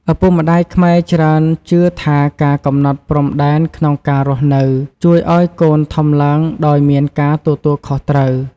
ឪពុកម្តាយខ្មែរច្រើនជឿថាការកំណត់ព្រំដែនក្នុងការរស់នៅ ជួយឱ្យកូនធំឡើងដោយមានការទទួលខុសត្រូវ។